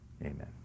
Amen